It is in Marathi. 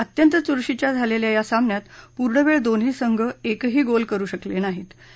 अत्यंत चूरशीच्या झालख्खा या सामन्यात पूर्ण वळीदोन्ही संघ एकही गोल करु शकलज्ञाही